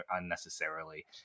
unnecessarily